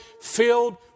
filled